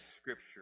Scripture